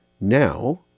now